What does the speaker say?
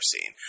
seen